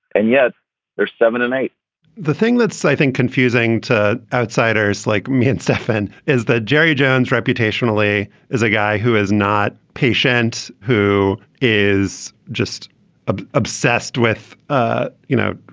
and yet they're seven and eight the thing that's i think confusing to outsiders like me and stefan is that jerry jones reputationally is a guy who is not patient, who is just ah obsessed with, ah you know,